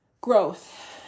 growth